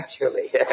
naturally